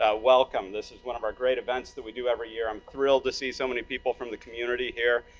ah welcome. this is one of our great events that we do every year, i'm thrilled to see so many people from the community here.